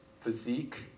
physique